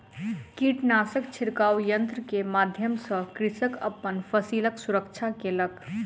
कीटनाशक छिड़काव यन्त्र के माध्यम सॅ कृषक अपन फसिलक सुरक्षा केलक